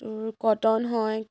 এইটো কটন হয়